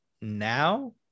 now